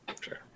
sure